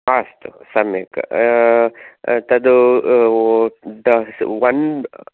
अस्तु सम्यक् तद् ओ दस् वन्